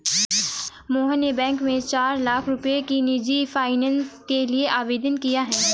मोहन ने बैंक में चार लाख रुपए की निजी फ़ाइनेंस के लिए आवेदन किया है